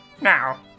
Now